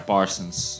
Parsons